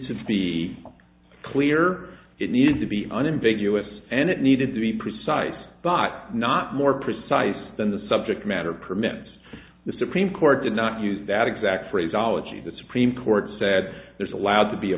to be clear it needs to be unambiguous and it needed to be precise but not more precise than the subject matter permits the supreme court did not use that exact phrase ology the supreme court said there's allowed to be a